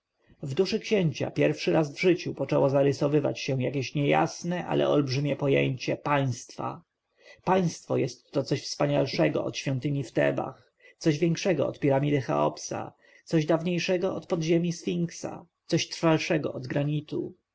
w duszy księcia pierwszy raz w życiu poczęło zarysowywać się jakieś niejasne ale olbrzymie pojęcie państwa państwo jest to coś wspanialszego od świątyni w tebach coś większego od piramidy cheopsa coś dawniejszego od podziemi sfinksa coś trwalszego od granitu